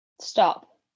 stop